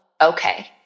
okay